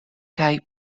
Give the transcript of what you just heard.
kaj